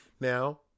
Now